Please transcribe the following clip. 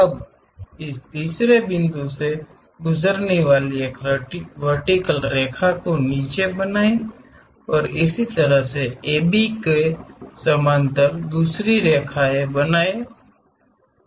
अब इस 3 बिंदु से गुजरने वाले एक वर्टिकल रेखा को नीचे बनाए और इसी तरह AB को 2 के समानांतर एक समानांतर रेखा और बनाए